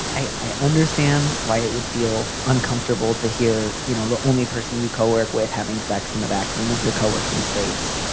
i i understand why it would feel uncomfortable to hear, you know, the only person you kowalke with having sex in the back room of your coworking space.